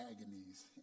agonies